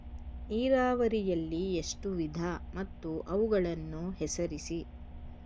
ನೀರಾವರಿಯಲ್ಲಿ ಎಷ್ಟು ವಿಧ ಮತ್ತು ಅವುಗಳನ್ನು ಹೆಸರಿಸಿ?